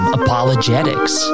apologetics